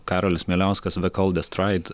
karolis mieliauskas the coldest ride